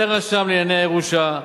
לרשם לענייני ירושה,